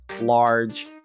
large